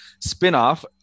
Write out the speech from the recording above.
spinoff